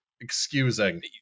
excusing